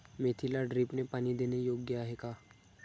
मेथीला ड्रिपने पाणी देणे योग्य आहे का?